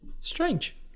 Strange